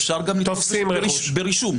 אפשר גם לתפוס ברישום.